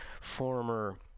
former